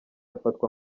afatwa